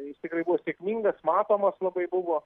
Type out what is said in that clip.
jis tikrai buvo sėkmingas matomas labai buvo